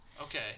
Okay